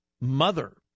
mother